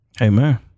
amen